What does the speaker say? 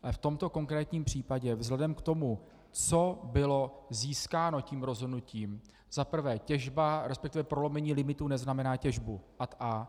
V tomto konkrétním případě vzhledem k tomu, co bylo získáno tím rozhodnutím, za prvé těžba, resp. prolomení limitů neznamená těžbu, ad a).